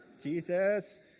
Jesus